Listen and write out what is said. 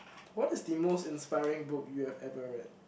what is the most inspiring book you have ever read